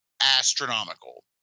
astronomical